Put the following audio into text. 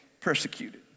persecuted